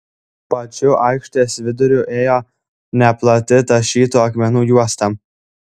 pačiu aikštės viduriu ėjo neplati tašytų akmenų juosta